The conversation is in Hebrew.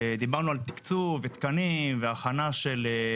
דיברנו על תקצוב, תקנים והכנה של,